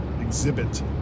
exhibit